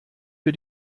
für